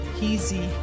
easy